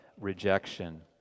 rejection